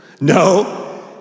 No